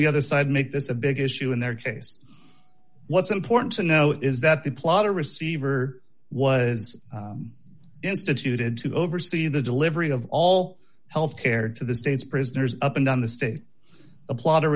the other side make this a big issue in their case what's important to know is that the plotter receiver was instituted to oversee the delivery of all health care to the state's prisoners up and down the state a plo